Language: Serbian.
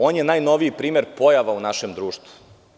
On je najnoviji primer pojava u našem društvu.